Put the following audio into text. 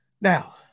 Now